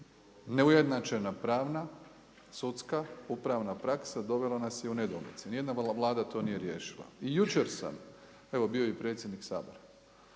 Neujednačena pravna, sudska, upravna praksa dovela nas je do nedoumice. Niti jedna Vlada to nije riješila. I jučer sam, evo bio je i predsjednik Sabora,